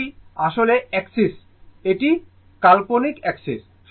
এটি আসল এক্সিস এটি কাল্পনিক এক্সিস